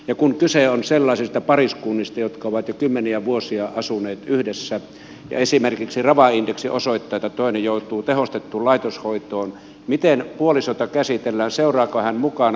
ja kun kyse on sellaisista pariskunnista jotka ovat jo kymmeniä vuosia asuneet yhdessä ja esimerkiksi rava indeksi osoittaa että toinen joutuu tehostettuun laitoshoitoon miten puolisoa käsitellään seuraako hän mukana